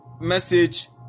message